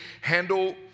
handle